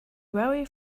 very